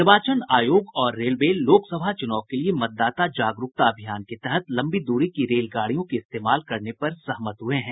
निर्वाचन आयोग और रेलवे लोकसभा चुनाव के लिए मतदाता जागरूकता अभियान के तहत लम्बी दूरी की रेलगाड़ियों के इस्तेमाल करने पर सहमत हुए हैं